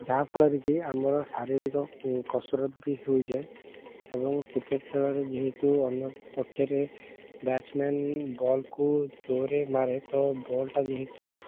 ଯାହାଫଳରେ କି ଆମର ଶାରୀରିକ କସରତ ବି ହେଇଯାଏ ଏବଂ କ୍ରିକେଟ୍ ଖେଳରେ ଯେହେତୁ ଅନ୍ୟପକ୍ଷରେ ବ୍ୟାଟ୍ସମ୍ୟାନ୍ ବଲକୁ ଜୋରରେ ମାରେ ତ ବଲଟା ଯେହେତୁ